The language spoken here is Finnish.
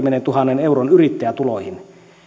kolmenkymmenentuhannen euron yrittäjätuloihin